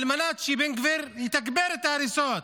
על מנת שבן גביר יתגבר את ההריסות